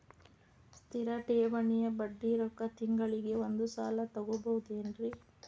ಸ್ಥಿರ ಠೇವಣಿಯ ಬಡ್ಡಿ ರೊಕ್ಕ ತಿಂಗಳಿಗೆ ಒಂದು ಸಲ ತಗೊಬಹುದೆನ್ರಿ?